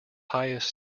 highest